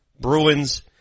Bruins